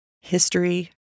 history